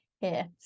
Yes